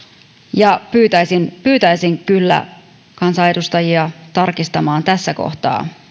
ja pyytäisin pyytäisin kyllä kansanedustajia tarkistamaan tässä kohtaa